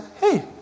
hey